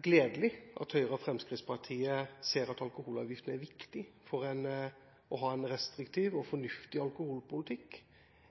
gledelig at Høyre og Fremskrittspartiet ser at alkoholavgiften er viktig for å ha en restriktiv og fornuftig alkoholpolitikk.